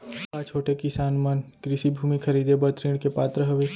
का छोटे किसान मन कृषि भूमि खरीदे बर ऋण के पात्र हवे?